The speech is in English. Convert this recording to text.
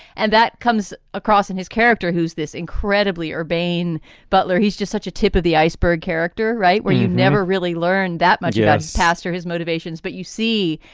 and that comes across in his character, who's this incredibly urbane butler. he's just such a tip of the iceberg character, right. where you never really learn that much about his past or his motivations. but you see,